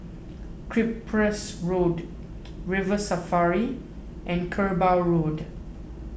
Cyprus Road River Safari and Kerbau Road